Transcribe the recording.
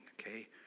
Okay